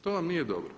To vam nije dobro.